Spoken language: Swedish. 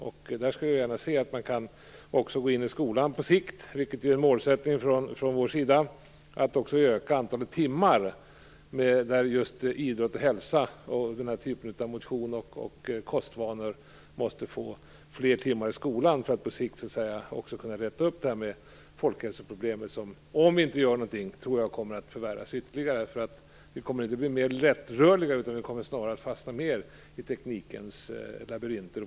Jag skulle gärna se att man på sikt kan gå in i skolan - det är en målsättning från vår sida - och öka antalet timmar för idrott och hälsa och den här typen av motions och kostvanor, för att på sikt kunna rätta till folkhälsoproblemet, som kommer att förvärras ytterligare om vi inte gör någonting. Vi kommer inte att bli mer lättrörliga, utan vi kommer snarare att fastna mer i teknikens labyrinter.